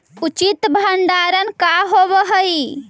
उचित भंडारण का होव हइ?